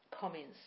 comments